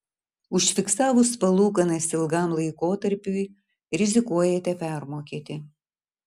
užfiksavus palūkanas ilgam laikotarpiui rizikuojate permokėti